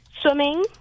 swimming